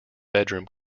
bedroom